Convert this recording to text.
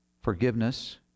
forgiveness